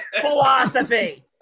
philosophy